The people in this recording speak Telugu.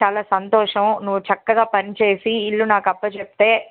చాలా సంతోషం నువ్వు చక్కగా పనిచేసి ఇల్లు నాకు అప్ప చెప్తే